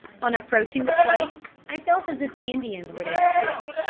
on approaching the place i felt as if the indians were there still,